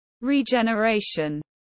regeneration